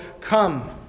come